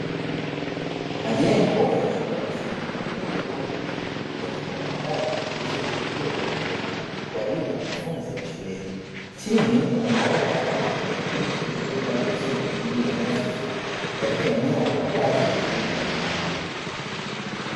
Majengo ya shule ya msingi yaliyopangwa vizuri yakiwa na ngazi zilizodhibitiwa na chuma kwa ajili ya wanafunzi wa shule hii, chini kuna maua ya rangi ya kijani kibichi yaliyopandwa vizuri juu ya nyasi fupi katika eneo la uwazi la shughuli mbalimbali.